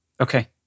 Okay